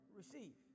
receive